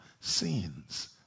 sins